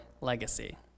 legacy